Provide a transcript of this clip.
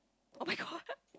oh my god